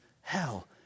hell